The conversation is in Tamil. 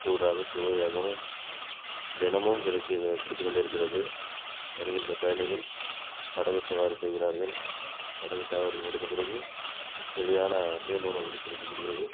சூடாகவும் சுவையாகவும் தினமும் கிடைக்கிற கிடைத்துக் கொண்டிருக்கிறது வருகின்ற பயணிகள் படகு சவாரி செய்கிறார்கள் படகு சவாரி முடிந்த பிறகு சுவையான மீன் உணவுகள் கிடைக்கக் கூடியது